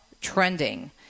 trending